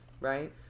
right